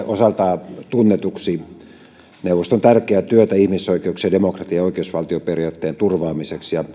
osaltaan tunnetuksi neuvoston tärkeää työtä ihmisoikeuksien demokratian ja oikeusvaltioperiaatteen turvaamiseksi ja